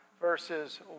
verses